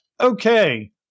Okay